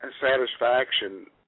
satisfaction